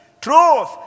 Truth